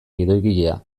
gidoigilea